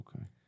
okay